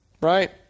Right